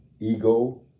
ego